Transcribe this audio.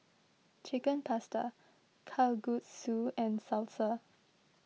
Chicken Pasta Kalguksu and Salsa